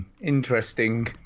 Interesting